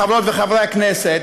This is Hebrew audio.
חברות וחברי הכנסת,